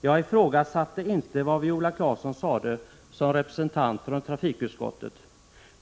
Jag ifrågasatte inte vad Viola Claesson sade som representant för trafikutskottet—